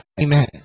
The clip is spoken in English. Amen